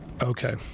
Okay